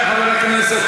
אני אענה לך, תתמוך בחוק.